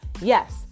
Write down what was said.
Yes